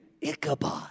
Ichabod